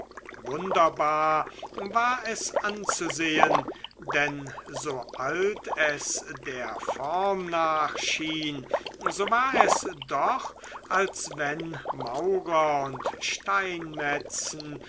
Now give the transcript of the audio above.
wunderbar war es anzusehen denn so alt es der form nach schien so war es doch als wenn maurer und steinmetzen